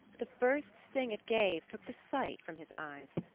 the first sting it gave took the sight from his eyes.